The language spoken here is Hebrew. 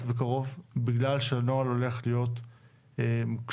בקרוב בגלל שהנוהל הולך להיות מוקשח.